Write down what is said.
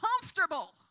comfortable